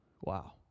Wow